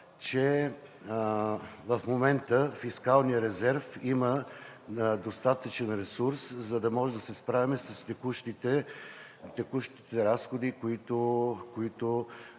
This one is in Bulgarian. че в момента фискалният резерв има достатъчен ресурс, за да можем да се справим с текущите разходи, които